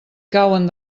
cauen